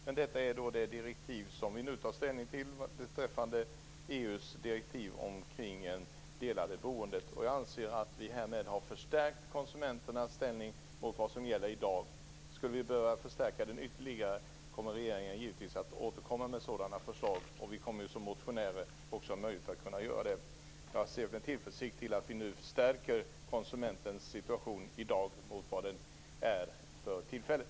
Men nu tar vi ställning till EU:s direktiv kring det delade boendet. Jag anser att vi härmed har förstärkt konsumenternas ställning mot vad som gäller i dag. Skulle vi behöva förstärka den ytterligare kommer regeringen givetvis att återkomma med sådana förslag. Vi kommer ju också att ha möjlighet att göra det som motionärer. Jag ser med tillförsikt fram emot att vi nu förstärker konsumentens situation mot hur den är för tillfället.